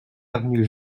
avenue